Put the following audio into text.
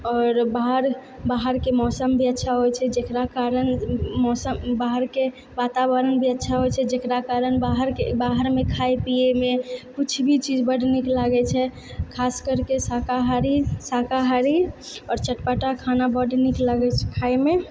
और बाहर बाहरके मौसम भी अच्छा होय छै जकरा कारण मौसम बाहरके वातावरण भी अच्छा होइ छै जकरा कारण बाहरके बाहरमे खाए पियैमे किछु भी चीज बड्ड नीक लागै छै खास करके शाकाहारी शाकाहारी आओर चटपटा खाना बड्ड नीक लागै छै खाएमे